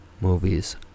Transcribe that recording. movies